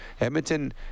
Edmonton